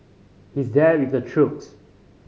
he's there with the troops